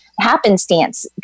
Happenstance